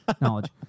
knowledge